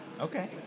Okay